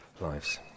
lives